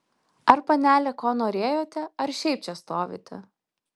ar panelė ko norėjote ar šiaip čia stovite